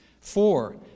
Four